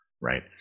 Right